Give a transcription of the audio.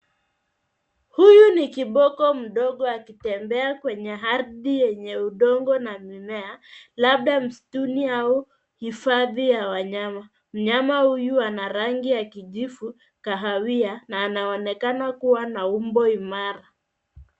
Huyu ni kiboko mdogo akitembea kwenye ardhi yenye udongo na mimea, labda msituni au hifadhi ya wanyama. Mnyama huyu ana rangi ya kijivu kahawia na anaonekana kuwa na umbo imara.